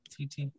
TT